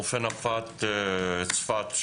רופא נפת צפת,